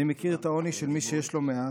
אני מכיר את העוני של מי שיש לו מעט,